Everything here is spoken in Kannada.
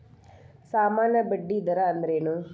ಸಾಮಾನ್ಯ ಬಡ್ಡಿ ದರ ಅಂದ್ರೇನ?